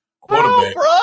quarterback